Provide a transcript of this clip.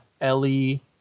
Ellie